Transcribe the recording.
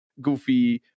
goofy